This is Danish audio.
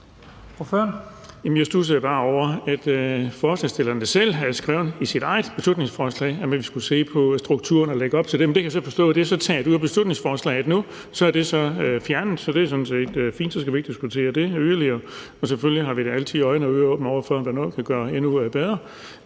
Jeg studsede bare over, at forslagsstillerne selv havde skrevet i deres eget beslutningsforslag, at vi skulle se på strukturen, og lagde op til det. Men det kan jeg så forstå er taget ud af beslutningsforslaget nu; det er så fjernet. Det er sådan set fint. Så skal vi ikke diskutere det yderligere. Selvfølgelig har vi da altid øjne og ører åbne over for, om der er noget, vi kan gøre endnu bedre,